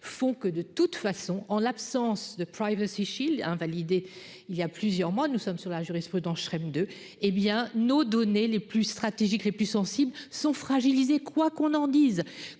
font que de toute façon, en l'absence de preuves Sicile invalidé il y a plusieurs mois, nous sommes sur la jurisprudence Shrek deux hé bien nos données les plus stratégiques les plus sensibles sont fragilisés, quoi qu'on en dise,